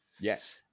Yes